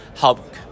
help